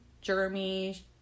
Jeremy